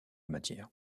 matière